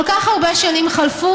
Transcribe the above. כל כך הרבה שנים חלפו,